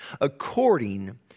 according